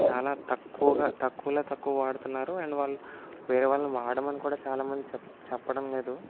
చాలా తక్కువగా తక్కువలో తక్కువ వాడుతున్నారు అండ్ వాళ్ళు వేరే వాళ్ళని వాడమని కూడా చాలా మంది చెప్ చెప్పడం లేదు